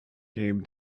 came